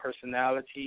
personality